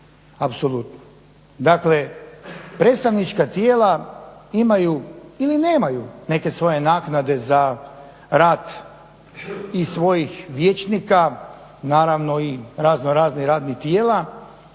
apsolutno. Dakle, predstavnička tijela imaju ili nemaju neke svoje naknade za rad i svojih vijećnika, naravno i raznoraznih radnih tijela